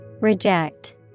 Reject